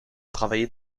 travailler